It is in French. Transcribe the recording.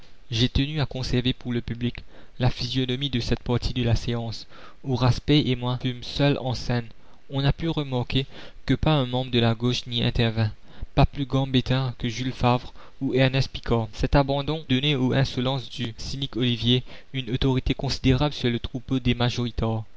j'ai tenu à conserver pour le public la physionomie de cette partie de la séance où raspail et moi fûmes seuls en scène on a pu remarquer que pas un membre de la gauche n'y intervint pas plus gambetta que jules favre ou ernest picard cet abandon donnait aux insolences du la commune cynique ollivier une autorité considérable sur le troupeau des majoritards